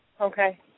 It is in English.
Okay